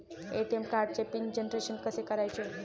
ATM कार्डचे pin generation कसे करायचे?